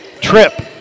Trip